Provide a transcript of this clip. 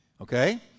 okay